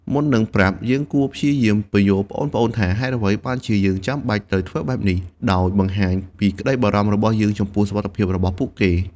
មុននឹងប្រាប់ យើងគួរព្យាយាមពន្យល់ប្អូនៗថា ហេតុអ្វីបានជាយើងចាំបាច់ត្រូវធ្វើបែបនេះ ដោយបង្ហាញពីក្ដីបារម្ភរបស់យើងចំពោះសុវត្ថិភាពរបស់ពួកគេ។